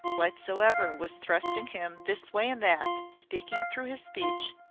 whatsoever was thrusting him this way and that, speaking through his speech,